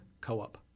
co-op